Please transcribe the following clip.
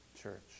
church